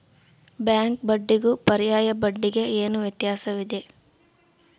Bank ಬಡ್ಡಿಗೂ ಪರ್ಯಾಯ ಬಡ್ಡಿಗೆ ಏನು ವ್ಯತ್ಯಾಸವಿದೆ?